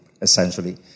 essentially